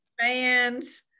Fans